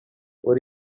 what